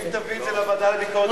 אם תביאי את זה לוועדה לביקורת המדינה,